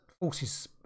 forces